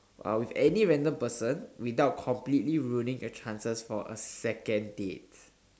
uh with any random person without completely ruining your chances for a second date